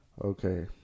Okay